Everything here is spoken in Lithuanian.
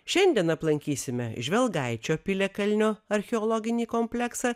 šiandien aplankysime žvelgaičio piliakalnio archeologinį kompleksą